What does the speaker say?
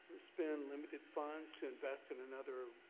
spend limited funds to invest in another.